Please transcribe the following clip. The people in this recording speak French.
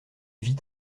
vit